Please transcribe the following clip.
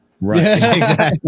Right